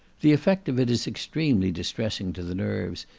the effect of it is extremely distressing to the nerves,